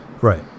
Right